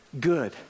good